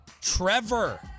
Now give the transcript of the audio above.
Trevor